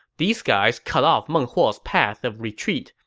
these guys cut off meng huo's path of retreat,